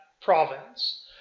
province